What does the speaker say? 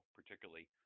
particularly